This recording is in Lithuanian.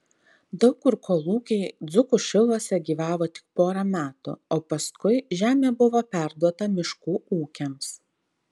daug kur kolūkiai dzūkų šiluose gyvavo tik porą metų o paskui žemė buvo perduota miškų ūkiams